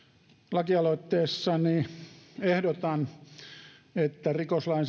lakialoitteessani ehdotan että rikoslain